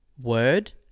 word